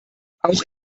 auch